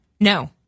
no